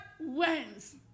wins